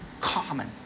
common